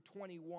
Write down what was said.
21